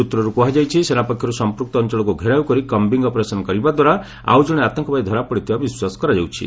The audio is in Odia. ସୂତ୍ରରୁ କୁହାଯାଇଛି ସେନାପକ୍ଷରୁ ସଂପୃକ୍ତ ଅଞ୍ଚଳକୁ ଘେରାଉ କରି କମ୍ବିଂ ଅପରେସନ୍ କରିବା ଦ୍ୱାରା ଆଉଜଣେ ଆତଙ୍କବାଦୀ ଧରାପଡ଼ିଥିବା ବିଶ୍ୱାସ କରାଯାଉଛି